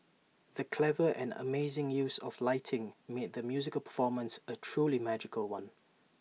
the clever and amazing use of lighting made the musical performance A truly magical one